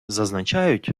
зазначають